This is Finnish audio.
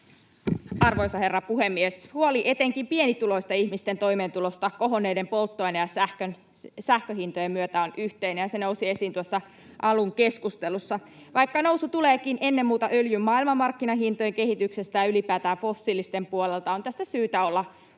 Arvoisa herra puhemies! Huoli etenkin pienituloisten ihmisten toimeentulosta kohonneiden polttoaineen ja sähkön hintojen myötä on yhteinen, ja se nousi esiin tuossa alun keskustelussa. Vaikka nousu tuleekin ennen muuta öljyn maailmanmarkkinahintojen kehityksestä ja ylipäätään fossiilisten puolelta, on tästä syytä olla huolissaan.